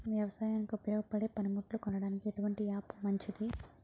వ్యవసాయానికి ఉపయోగపడే పనిముట్లు కొనడానికి ఎటువంటి యాప్ మంచిది?